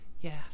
Yes